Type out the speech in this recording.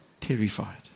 Terrified